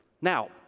Now